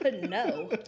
No